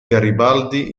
garibaldi